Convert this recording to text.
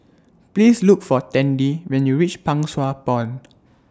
Please Look For Tandy when YOU REACH Pang Sua Pond